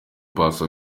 paccy